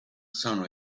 sono